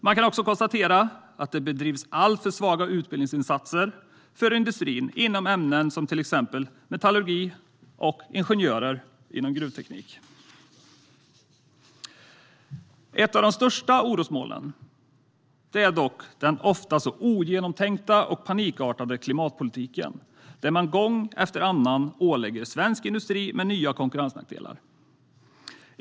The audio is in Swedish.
Man kan också konstatera att det bedrivs alltför svaga utbildningsinsatser för industrin inom ämnen som till exempel metallurgi och när det gäller ingenjörer inom gruvteknik. Ett av de största orosmolnen är dock den ofta ogenomtänkta och panikartade klimatpolitiken, där man gång efter annan förser svensk industri med nya konkurrensnackdelar.